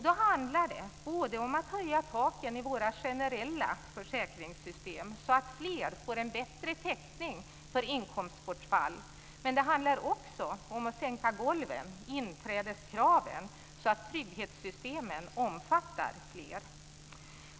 Det handlar då både om att höja taken i våra generella försäkringsystem, så att fler får en bättre täckning för inkomstbortfall, men det handlar också om att sänka golven, inträdeskraven, så att trygghetssystemen omfattar fler.